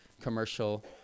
commercial